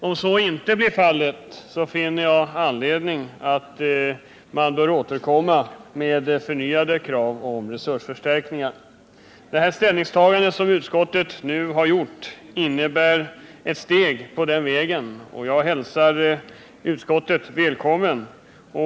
Om så inte skulle bli fallet, finner jag anledning att återkomma med förnyade krav på resursförstärkningar. Det ställningstagande som utskottet nu gjort innebär ett steg på den vägen, och det välkomnar jag.